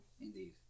Indeed